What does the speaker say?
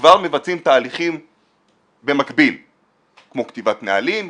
כבר מבצעים תהליכים במקביל כמו כתיבת נהלים,